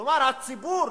כלומר, הציבור